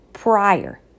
prior